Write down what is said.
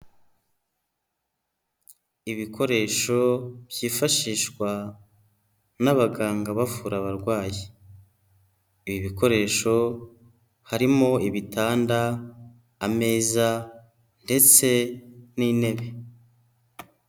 Ibikoresho byifashishwa n'abaganga bavura abarwayi. Ibi bikoresho harimo ibitanda, ameza, ndetse n'intebe.